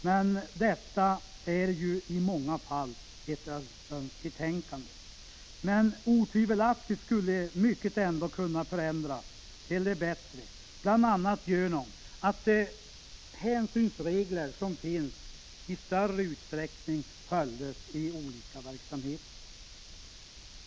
Men detta är ju i många fall ett önsketänkande. Otvivelaktigt skulle mycket ändå kunna förändras till det bättre, bl.a. genom att man i större utsträckning följde de hänsynsregler som finns inom olika verksamheter.